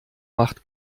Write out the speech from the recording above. macht